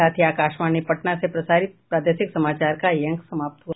इसके साथ ही आकाशवाणी पटना से प्रसारित प्रादेशिक समाचार का ये अंक समाप्त हुआ